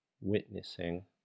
witnessing